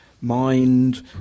mind